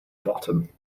bottom